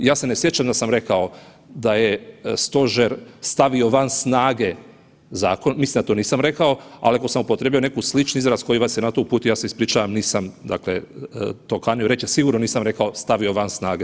Ja se ne sjećam da sam rekao da je stožer stavio van snage zakon, mislim da ja to nisam rekao, ali ako sam upotrijebio neku slični izraz koji vas je na to uputio, ja se ispričavam nisam to kanio reći, a sigurno nisam rekao stavio van snage.